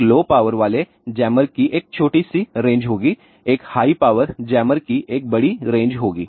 एक low power वाले jammer की एक छोटी सी रेंज होगी एक हाई पावर जैमर की एक बड़ी रेंज होगी